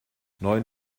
neun